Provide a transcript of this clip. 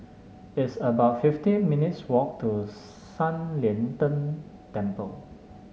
it's about fifty minutes' walk to San Lian Deng Temple